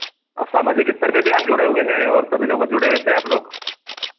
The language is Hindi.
अब सामाजिक स्तर पर भी आप जुड़े हुए हैं और सभी लोगों से जुड़े हुए रहते हैं आप लोग